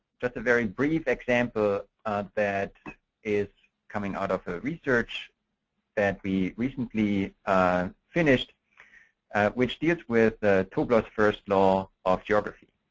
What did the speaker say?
just a very brief example that is coming out of the research that we recently finished which deals with tobler's first first law of geography.